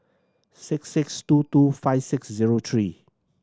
six six two two five six zero three